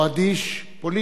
לא אדיש פוליטית.